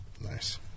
Nice